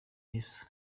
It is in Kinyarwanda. yesu